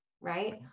right